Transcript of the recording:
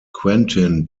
quentin